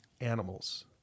animals